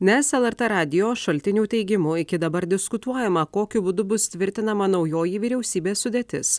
nes lrt radijo šaltinių teigimu iki dabar diskutuojama kokiu būdu bus tvirtinama naujoji vyriausybės sudėtis